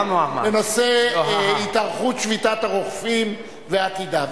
--- בנושא: התארכות שביתת הרופאים ועתידה.